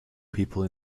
people